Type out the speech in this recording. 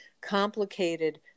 complicated